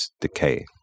decay